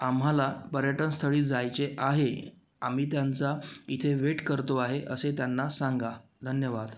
आम्हाला पर्यटनस्थळी जायचे आहे आम्ही त्यांचा इथे वेट करतो आहे असे त्यांना सांगा धन्यवाद